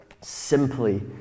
simply